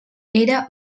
era